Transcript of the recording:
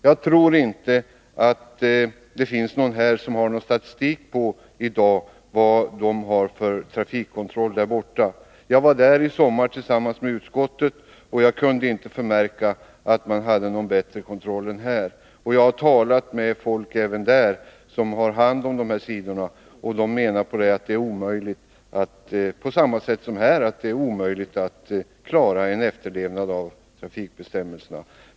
Jag tror inte att det finns någon här som har statistik på hur trafikkontrollen är där borta. Jag var där förra sommaren tillsammans med utskottet, och jag kunde inte märka att man hade bättre kontroll där än här. Och jag har talat med folk som har hand om dessa frågor där, och de menar att det på samma sätt som här är omöjligt att klara efterlevnaden av trafikbestämmelserna.